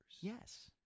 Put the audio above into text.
Yes